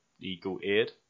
eagle-eared